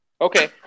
Okay